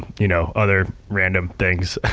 you know, other random things.